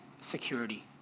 security